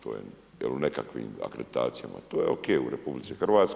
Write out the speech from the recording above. To je u nekakvim akreditacijama, to je OK u RH.